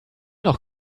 noch